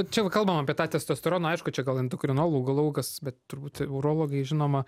čia va kalbam apie tą testosteroną aišku čia gal endokrinologų gal laukas bet turbūt urologai žinoma